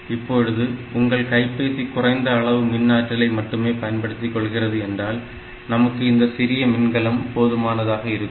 இப்பொழுது உங்கள் கைபேசி குறைந்த அளவு மின் ஆற்றலை மட்டுமே பயன்படுத்திக்கொள்கிறது என்றால் நமக்கு இந்த சிறிய மின்கலம் போதுமானதாக இருக்கும்